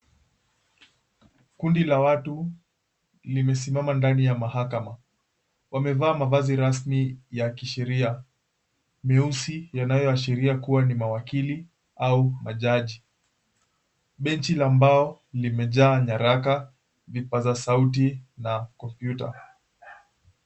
Kundi la watu limesimama ndani ya mahakama, wamevaa mavazi rasmi ya kisheria meusi yanayoashiria kuwa ni mawakili au majaji. Benchi la mbao limejaa nyaraka, vipaza sauti, na kompyuta.